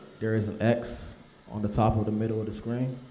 there is an x on the top of the middle of the screen,